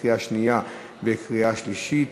לקריאה שנייה וקריאה שלישית.